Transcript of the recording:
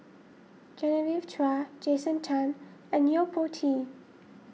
Genevieve Chua Jason Chan and Yo Po Tee